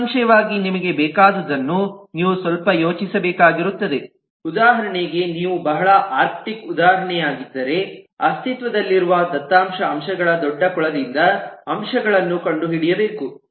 ನಿಸ್ಸಂಶಯವಾಗಿ ನಿಮಗೆ ಬೇಕಾದುದನ್ನು ನೀವು ಸ್ವಲ್ಪ ಯೋಚಿಸಬೇಕಾಗಿರುತ್ತದೆ ಉದಾಹರಣೆಗೆ ನೀವು ಬಹಳ ಆರ್ಕ್ಟಿಕ್ ಉದಾಹರಣೆಯಾಗಿದ್ದರೆ ಅಸ್ತಿತ್ವದಲ್ಲಿರುವ ದತ್ತಾಂಶ ಅಂಶಗಳ ದೊಡ್ಡ ಕೊಳದಿಂದ ಅಂಶಗಳನ್ನು ಕಂಡುಹಿಡಿಯಬೇಕು